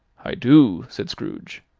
i do, said scrooge.